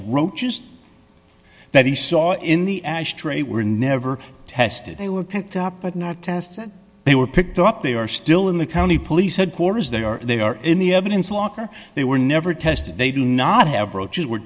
roaches that he saw in the ashtray were never tested they were picked up but not tested they were picked up they are still in the county police headquarters they are they are in the evidence locker they were never tested they do not have roaches were